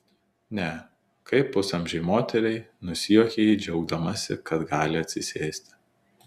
ne kaip pusamžei moteriai nusijuokia ji džiaugdamasi kad gali atsisėsti